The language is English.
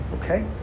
Okay